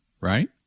right